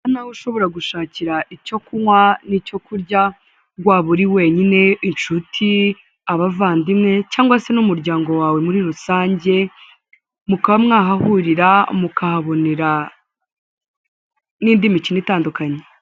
Aha niho ushobora gushakira icyo kunywa nicyo kurya waba uri wenyine inshuti abavandimwe cyangwa se n'umuryango wawe muri rusange mukamwahahurira mukahabonera nindi mikino itandukanye.